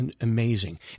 amazing